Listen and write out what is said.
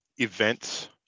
events